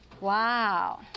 Wow